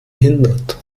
hindert